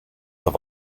have